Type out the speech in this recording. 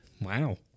Wow